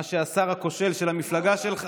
מה שהשר הכושל של המפלגה שלך